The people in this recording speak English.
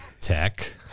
tech